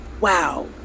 wow